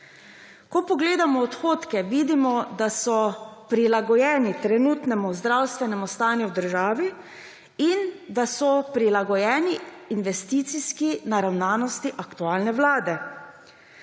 Ko pogledamo odhodke, vidimo, da so prilagojeni trenutnemu zdravstvenemu stanju v državi in da so prilagojeni investicijski naravnanosti aktualne vlade.